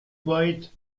boyd